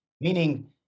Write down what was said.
meaning